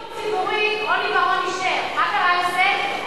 דיור ציבורי, רוני בר-און אישר, מה קרה עם זה?